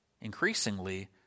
increasingly